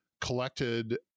collected